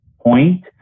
point